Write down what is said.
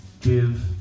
Give